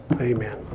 Amen